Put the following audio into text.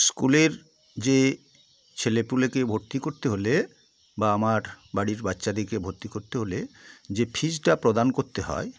স্কুলের যে ছেলেপুলেকে ভর্তি করতে হলে বা আমার বাড়ির বাচ্চাদেরকে ভর্তি করতে হলে যে ফিজটা প্রদান করতে হয়